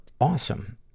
awesome